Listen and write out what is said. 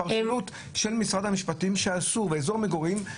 הפרשנות של משרד המשפטים שאסור באזור מגורים,